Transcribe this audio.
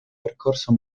percorso